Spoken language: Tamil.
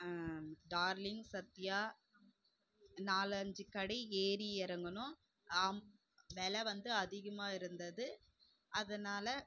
டார்லிங் சத்யா நாலஞ்சு கடை ஏறி இறங்கனோம் ஆம் வெலை வந்து அதிகமாக இருந்தது அதனால்